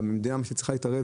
והמדינה מה שהיא צריכה להתערב,